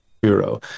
Bureau